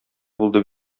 булды